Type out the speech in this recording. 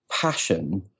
passion